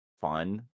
fun